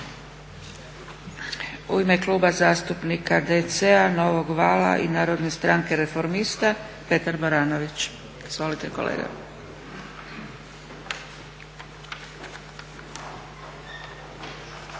U ime Kluba zastupnika DC-a novog vala i Narodne stranke reformista Petar Baranović. Izvolite kolega.